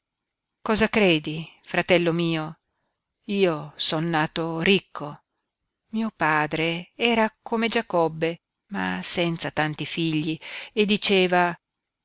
cosa credi fratello mio io son nato ricco mio padre era come giacobbe ma senza tanti figli e diceva